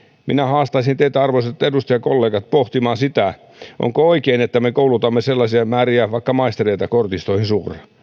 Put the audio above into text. minä haastaisin teitä arvoisat edustajakollegat pohtimaan sitä onko oikein että me koulutamme sellaisia määriä vaikka maistereita suoraan kortistoihin